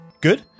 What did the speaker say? Good